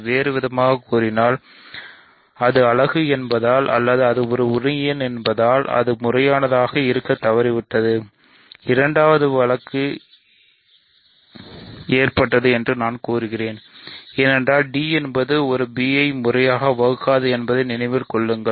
வேறுவிதமாகக் கூறினால் அது ஒரு அலகு என்பதால் அல்லது அது ஒரு இணையேண் என இருப்பதால் அது முறையானதாக இருக்கத் தவறிவிட்டது இரண்டாவது வழக்கு ஏற்படாது என்று நான் கூறினேன் ஏனென்றால் d என்பது ஒரு b என்பதை முறையாக வகுக்காது என்பதை நினைவில் கொள்ளுங்கள்